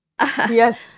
Yes